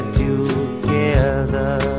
together